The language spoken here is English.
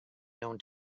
known